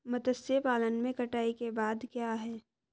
मत्स्य पालन में कटाई के बाद क्या है?